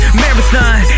marathon